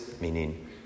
meaning